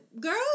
Girls